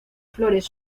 flores